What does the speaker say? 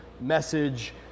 message